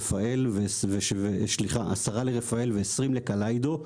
10 לרפא"ל ו-20 לקליידו,